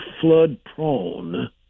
flood-prone